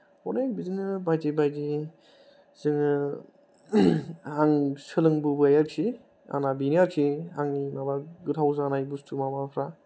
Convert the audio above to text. अनेक बिदिनो बायदि बायदि जोङो आं सोलोंबोबाय आरोखि आंना बेनो आरोखि आंनि माबा गोथाव जानाय माबा बुस्तुफ्रा